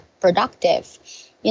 productive